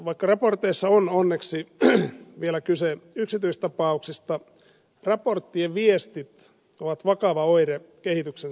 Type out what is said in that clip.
vaikka raporteissa on onneksi vielä kyse yksityistapauksista raporttien viestit ovat vakava oire kehityksen suunnasta